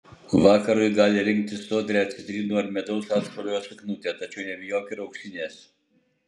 vakarui gali rinktis sodrią citrinų ar medaus atspalvio suknutę tačiau nebijok ir auksinės